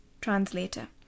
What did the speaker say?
Translator